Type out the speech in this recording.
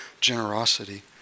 generosity